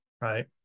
right